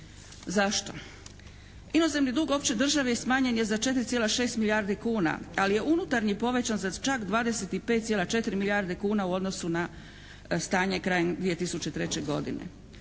Zašto? Inozemni dug opće države smanjen je 4,6 milijardi kuna, ali je unutarnji povećan za čak 25,4 milijarde kuna u odnosu na stanje krajem 2003. godine.